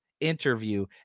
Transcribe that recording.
interview